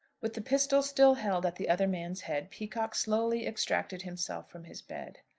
with the pistol still held at the other man's head, peacocke slowly extracted himself from his bed.